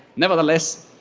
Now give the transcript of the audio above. nevertheless,